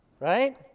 Right